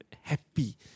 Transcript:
happy